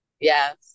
Yes